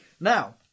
Now